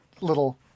little